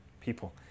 people